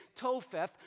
Topheth